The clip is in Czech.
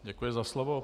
Děkuji za slovo.